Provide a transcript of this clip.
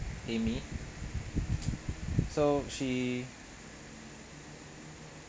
amy so she